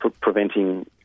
preventing